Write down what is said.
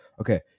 Okay